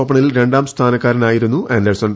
ഓപ്പണിൽ രണ്ടാം സ്ഥാനക്കാരനായിരുന്നു ആന്റേഴ്സൺ